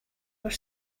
were